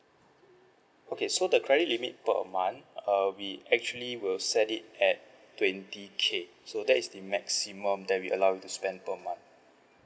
okay so the credit limit per month uh we actually will set it at twenty K so that is the maximum that we allow you to spend per month